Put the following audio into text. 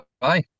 Bye